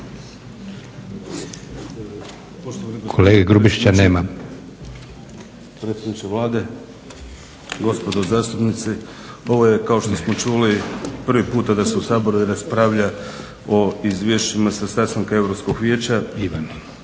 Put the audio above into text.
predsjedniče, predsjedniče Vlade, gospodo zastupnici. Ovo je kao što smo čuli prvi puta da se u Saboru i raspravlja o izvješćima sa sastanka Europskog vijeća. U